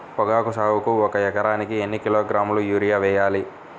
పొగాకు సాగుకు ఒక ఎకరానికి ఎన్ని కిలోగ్రాముల యూరియా వేయాలి?